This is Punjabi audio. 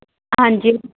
ਹਾਂਜੀ